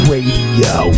Radio